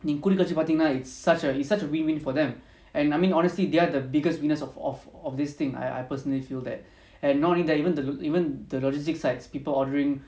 நீங்ககுடில்வச்சிபார்த்தீங்கன்னா:neenga kudil vachi partheengana it's such a it's such a win win for them and I mean honestly they are the biggest winners of of this thing I I personally feel that and not only that even the even the logistics sites people ordering